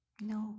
No